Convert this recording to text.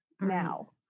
now